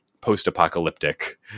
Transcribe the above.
Post-apocalyptic